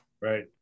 Right